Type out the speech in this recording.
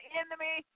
enemy